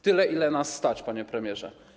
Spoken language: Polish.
Tyle, ile nas stać, panie premierze.